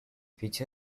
ficha